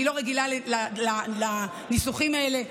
אני לא רגילה לניסוחים האלה,